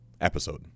episode